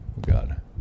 god